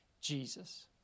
Jesus